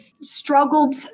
struggled